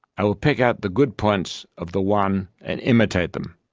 i will pick out the good points of the one and imitate them,